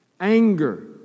Anger